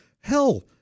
Hell